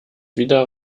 wieder